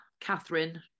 Catherine